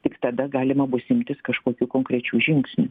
tik tada galima bus imtis kažkokių konkrečių žingsnių